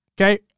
Okay